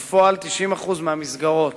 בפועל, 90% מהמסגרות